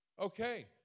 Okay